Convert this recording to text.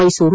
Mysuru